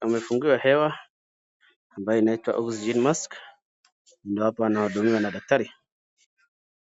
wamefungiwa hewa ambayo inaitwa oxygen mask ndio hapa wanahudumiwa na daktari.